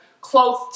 close